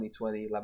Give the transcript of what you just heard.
2020